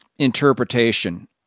Interpretation